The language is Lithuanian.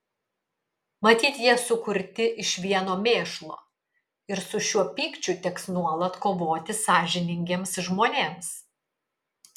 matyt jie sukurti iš vieno mėšlo ir su šiuo pykčiu teks nuolat kovoti sąžiningiems žmonėms